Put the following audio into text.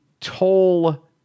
toll